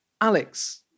Alex